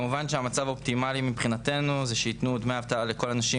כמובן שהמצב אופטימלי מבחינתנו זה שיתנו את דמי האבטלה לכל הנשים,